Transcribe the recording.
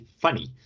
funny